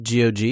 GOG